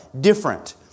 different